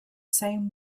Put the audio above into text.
same